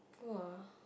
!wah!